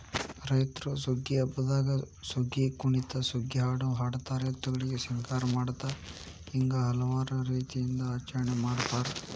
ರೈತ್ರು ಸುಗ್ಗಿ ಹಬ್ಬದಾಗ ಸುಗ್ಗಿಕುಣಿತ ಸುಗ್ಗಿಹಾಡು ಹಾಡತಾರ ಎತ್ತುಗಳಿಗೆ ಸಿಂಗಾರ ಮಾಡತಾರ ಹಿಂಗ ಹಲವಾರು ರೇತಿಯಿಂದ ಆಚರಣೆ ಮಾಡತಾರ